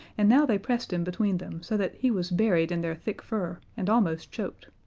and now they pressed him between them so that he was buried in their thick fur and almost choked.